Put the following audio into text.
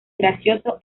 gracioso